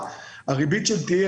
יש לי